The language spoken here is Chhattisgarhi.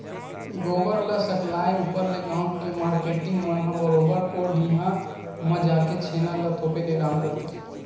गोबर के सकलाय ऊपर ले गाँव के मारकेटिंग मन ह बरोबर ओ ढिहाँ म जाके छेना ल थोपे के काम करथे